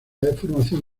deformación